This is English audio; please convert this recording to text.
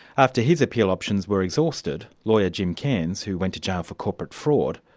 after his appeal options were exhausted, lawyer jim kearns, who went to jail for corporate fraud,